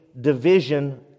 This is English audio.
division